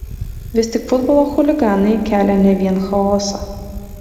vis tik futbolo chuliganai kelia ne vien chaosą